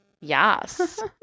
Yes